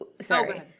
Sorry